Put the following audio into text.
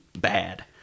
bad